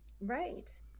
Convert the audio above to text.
right